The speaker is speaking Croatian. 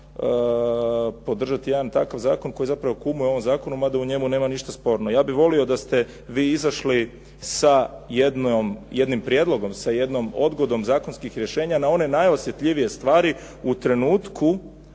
podržati jedan takav zakon, koji zapravo kumuje ovom zakonu, mada u njemu nema ništa sporno. Ja bih volio da ste vi izašli sa jednim prijedlogom, sa jednom odgodom zakonskih rješenja na one najosjetljivije stvari u trenutku